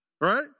Right